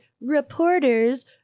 reporters